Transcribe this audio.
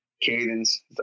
cadence